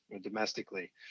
domestically